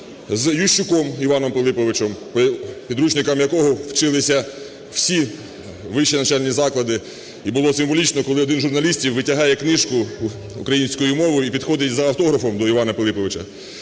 з Ющуком Іваном Пилиповичем, по підручникам якого вчилися всі вищі навчальні заклади. І було символічно, коли один з журналістів витягає книжку "Українська мова" і підходить за автографом до Івана Пилиповича.